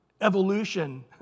Evolution